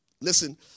Listen